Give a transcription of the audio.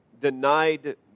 denied